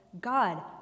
God